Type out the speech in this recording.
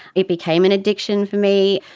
it became an addiction for me.